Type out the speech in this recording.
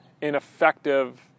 ineffective